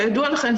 כידוע לכם,